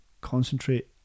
concentrate